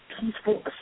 Peaceful